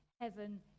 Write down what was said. heaven